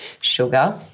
sugar